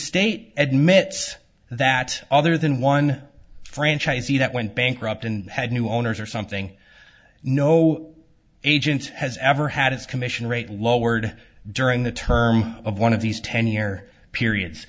state admits that other than one franchisee that went bankrupt and had new owners or something no agent has ever had its commission rate lowered during the term of one of these ten year periods